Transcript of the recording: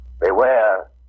Beware